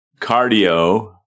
cardio